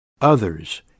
others